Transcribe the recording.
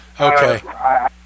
Okay